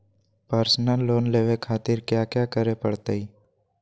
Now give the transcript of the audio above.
Personal loan लेवे खातिर कया क्या करे पड़तइ?